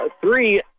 three